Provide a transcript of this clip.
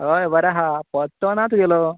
हय बरो आसा पत्तो ना तुगेलो